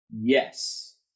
Yes